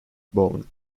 bowen